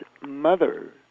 mother